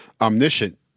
omniscient